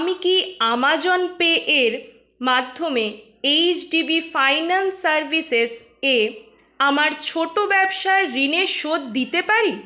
আমি কি আমাজনপে এর মাধ্যমে এইচডিবি ফাইন্যান্স সার্ভিসেস এ আমার ছোট ব্যবসার ঋণের শোধ দিতে পারি